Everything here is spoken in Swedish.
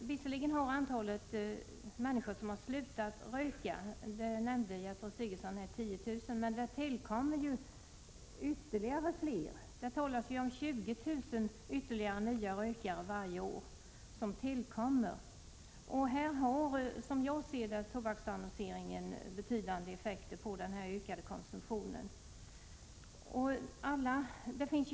Visserligen har ett antal människor slutat röka — Gertrud Sigurdsen nämnde siffran 10 000 —, men nya rökare tillkommer ju. Det talas nämligen om ytterligare 20 000 nya rökare varje år. Som jag ser saken har tobaksannonseringen betydande effekter när det gäller den ökade tobakskonsumtionen.